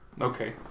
Okay